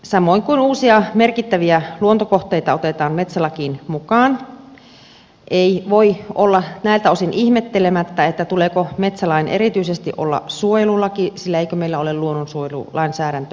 samoin kuin uusia merkittäviä luontokohteita otetaan metsälakiin mukaan ei voi olla näiltä osin ihmettelemättä että tuleeko metsälain erityisesti olla suojelulaki sillä eikö meillä ole luonnonsuojelulainsäädäntö erikseen